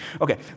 Okay